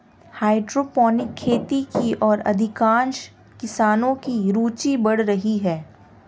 hydroponic खेती की ओर अधिकांश किसानों की रूचि बढ़ रही है